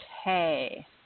Okay